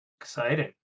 Exciting